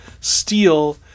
Steal